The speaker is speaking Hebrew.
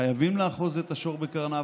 חייבים לאחוז את השור בקרניו.